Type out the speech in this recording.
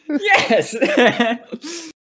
Yes